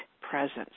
presence